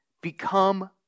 become